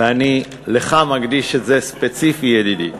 ואני לך מקדיש את זה ספציפית, ידידי.